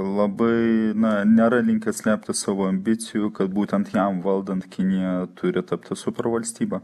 labai na nėra linkęs slėpti savo ambicijų kad būtent jam valdant kinija turi tapti supervalstybe